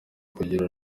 kugira